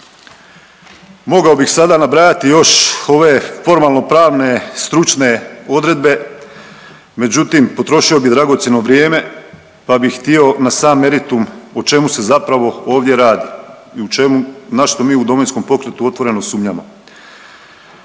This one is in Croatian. Mogao bih sada nabrajati još ove formalno pravne i stručne odredbe, međutim potrošio bi dragocjeno vrijeme, pa bi htio na sam meritum o čemu se zapravo ovdje radi i u čemu, na što mi u Domovinskom pokretu otvoreno sumnjamo.